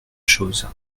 choses